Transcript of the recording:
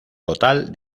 total